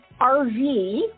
RV